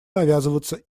навязываться